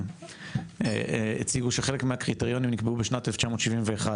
הציגו שחלק מקריטריונים נקבעו בשנת 1971,